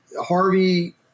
Harvey